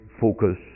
focus